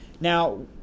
Now